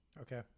Okay